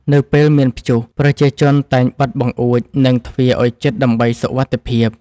នៅពេលមានព្យុះ ប្រជាជនតែងបិទបង្អួច និងទ្វារឱ្យជិតដើម្បីសុវត្ថិភាព។